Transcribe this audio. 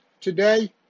today